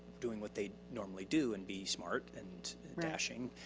doing what they normally do, and be smart, and dashing,